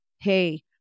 hey